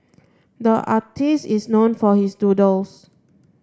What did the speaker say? the artist is known for his doodles